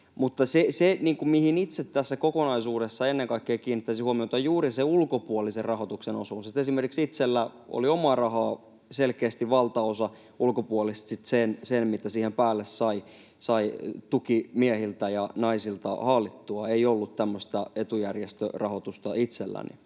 se, mihin itse tässä kokonaisuudessa ennen kaikkea kiinnittäisin huomiota, on juuri se ulkopuolisen rahoituksen osuus. Esimerkiksi itselläni oli omaa rahaa selkeästi valtaosa, ulkopuolista sitten se, mitä siihen päälle sai tukimiehiltä ja ‑naisilta haalittua — ei ollut tämmöistä etujärjestörahoitusta itselläni.